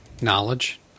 knowledge